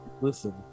listen